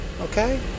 Okay